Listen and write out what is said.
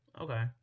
Okay